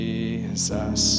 Jesus